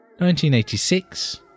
1986